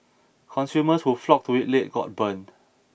consumers who flocked to it late got burned